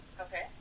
Okay